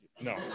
No